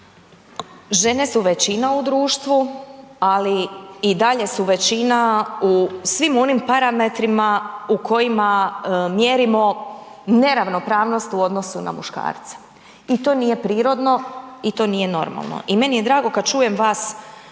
Žene su većina u društvu ali i dalje su većina u svim onim parametrima u kojima mjerimo neravnopravnost u odnosu na muškarce i to nije prirodno i to nije normalno. I meni je drago kad čujem vas